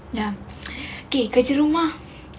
ya okay kerja rumah